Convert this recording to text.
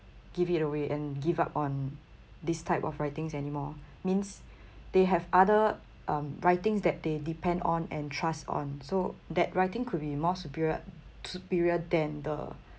give it away and give up on this type of writings anymore means they have other um writings that they depend on and trust on so that writing could be more superior superior than the